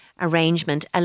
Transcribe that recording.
arrangement